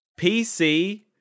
PC